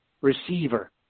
receiver